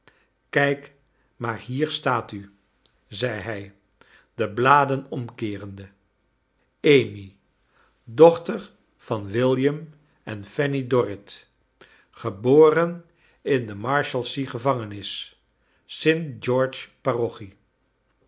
kijk maar hier staat u zei hij de b laden omkeerende amy dochter van william en fanny dorrit geboren in de mais a